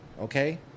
okay